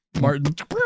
Martin